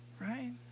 Right